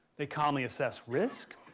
they commonly assess risk.